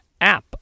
app